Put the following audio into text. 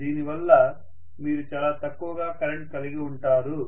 దీనివల్ల మీరు చాలా తక్కువ కరెంట్ కలిగి ఉంటారు